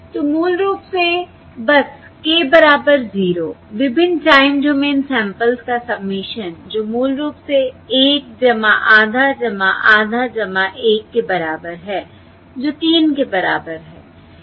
तो मूल रूप से बस k बराबर 0 विभिन्न टाइम डोमेन सैंपल्स का सबमिशन जो मूल रूप से 1 आधा आधा 1 के बराबर है जो 3 के बराबर है